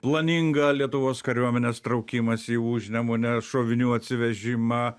planingą lietuvos kariuomenės traukimąsi į užnemunę šovinių atsivežimą